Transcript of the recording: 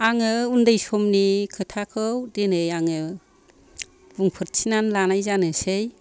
आङो उन्दै समनि खोथाखौ दिनै आङो बुंफोरथिनानै लानाय जानोसै